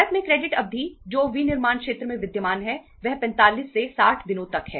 भारत में क्रेडिट अवधि जो विनिर्माण क्षेत्र में विद्यमान है वह 45 से 60 दिनों तक है